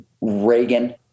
Reagan